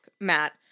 Matt